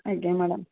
ଆଜ୍ଞା ମ୍ୟାଡ଼ାମ